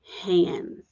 hands